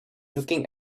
looking